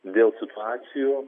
dėl situacijų